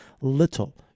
little